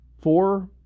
four